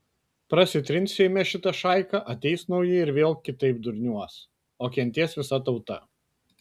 prasitrins seime šita šaika ateis nauji ir vėl kitaip durniuos o kentės visa tauta